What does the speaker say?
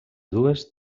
dues